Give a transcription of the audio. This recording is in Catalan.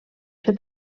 ser